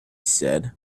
said